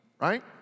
right